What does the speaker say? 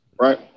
right